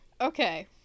okay